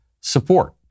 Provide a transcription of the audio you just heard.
support